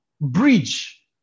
bridge